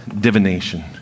divination